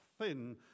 thin